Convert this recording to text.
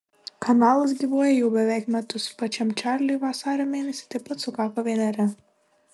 kanalas gyvuoja jau beveik metus pačiam čarliui vasario mėnesį taip pat sukako vieneri